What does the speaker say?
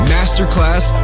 Masterclass